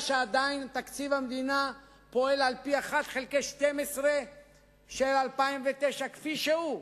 שעדיין תקציב המדינה פועל על-פי 1 חלקי 12 של 2009 כפי שהוא.